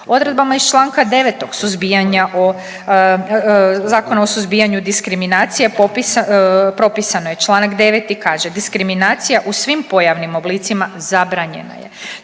Odredbama iz čl. 9. suzbijanja o, Zakona o suzbijanju diskriminacije propisano je, čl. 9. kaže, diskriminacija u svim pojavnim oblicima zabranjena je.